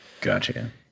Gotcha